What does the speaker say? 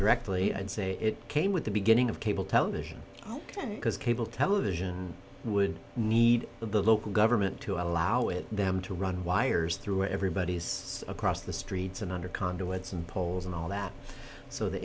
directly i'd say it came with the beginning of cable television ok because cable television would need the local government to allow it them to run wires through everybody's across the streets and under conduits and poles and all that so the